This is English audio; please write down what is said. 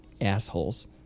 assholes